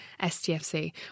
STFC